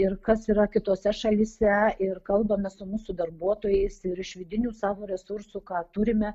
ir kas yra kitose šalyse ir kalbame su mūsų darbuotojais ir iš vidinių savo resursų ką turime